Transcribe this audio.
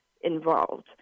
involved